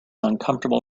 uncomfortable